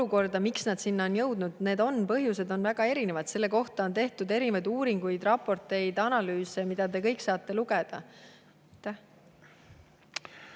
miks nad sinna on jõudnud. Põhjused on väga erinevad. Selle kohta on tehtud erinevaid uuringuid, raporteid ja analüüse, mida te kõik saate lugeda.